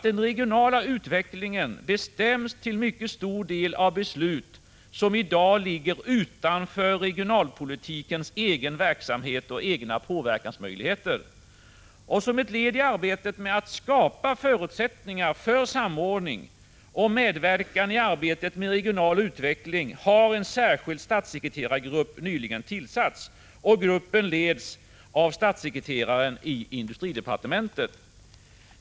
Den regionala utvecklingen bestäms till mycket stor del av beslut som i dag ligger utanför regionalpolitikens egen verksamhet och egna påverkansmöjligheter. Som ett led i arbetet med att skapa förutsättningar för samordning och samverkan i arbetet med regional utveckling har en särskild statssekreterargrupp nyligen tillsatts. Gruppen leds av statssekreteraren i industridepartementet.